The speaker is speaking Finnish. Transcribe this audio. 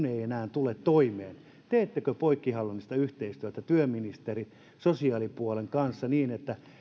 ei ei enää tule toimeen teettekö poikkihallinnollista yhteistyötä työministerin ja sosiaalipuolen kanssa niin että